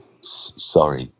sorry